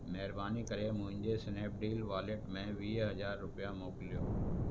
महिरबानी करे मुंहिंजे स्नैपडील वॉलेट में वीह हज़ार रुपया मोकिलियो